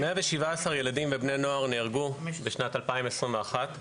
117 ילדים ובני נוער נהרגו בשנת 2021,